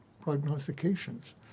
prognostications